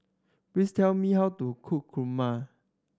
please tell me how to cook kurma